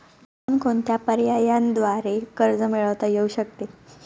कोणकोणत्या पर्यायांद्वारे कर्ज मिळविता येऊ शकते?